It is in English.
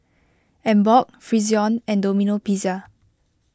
Emborg Frixion and Domino Pizza